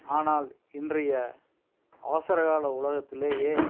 ஆனால் இன்றைய அவசர கால உலகத்திலேயே